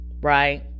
right